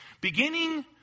beginning